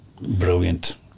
Brilliant